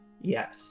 Yes